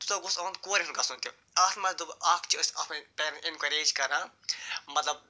تیوٗتاہ گژھِ یُہُنٛد کورٮ۪ن ہُنٛد گژھُن تہِ اَتھ منٛز دوٚپُکھ اَکھ چھِ أسۍ اَتھ منٛز پیرنٛٹ اٮ۪نکوریج کران مطلب